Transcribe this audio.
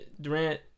Durant